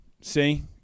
See